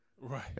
Right